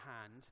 hand